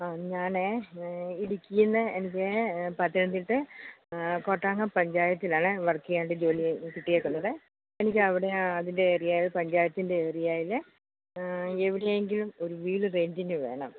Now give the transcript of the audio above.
ആ ഞാനേ ഇടുക്കീന്ന് എനിക്കേ പത്തനംതിട്ട കോട്ടാങ്കം പഞ്ചായത്തിലാണ് വർക്കി ചെയ്യേണ്ടത് ജോലി കിട്ടിയേക്കുന്നത് എനിക്കവിടെ അതിൻ്റെ ഏരിയായിൽ പഞ്ചായത്തിൻ്റെ ഏരിയായിൽ എവിടെയെങ്കിലും ഒരു വീട് റെൻ്റിന് വേണം